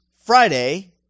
Friday